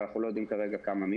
ואנחנו לא יודעים כרגע כמה,